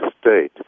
state